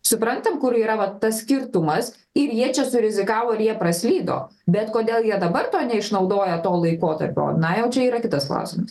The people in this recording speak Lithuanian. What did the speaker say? suprantam kur yra va tas skirtumas ir jie čia surizikavo ir jie praslydo bet kodėl jie dabar to neišnaudoja to laikotarpio na jau čia yra kitas klausimas